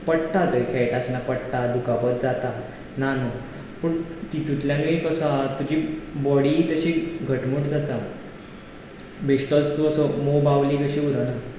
पडटा थंय खेळटासतना पडटा दुखापत जाता ना न्हू पूण तितुंतल्यान एक असो हा तुजी बॉडी तशी घटमूट जाता बेश्टोच तूं असो मोव बावली कशी उरना